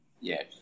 Yes